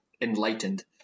enlightened